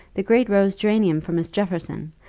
the great rose geranium for miss jefferson!